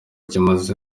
kimaze